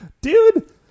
dude